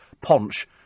Ponch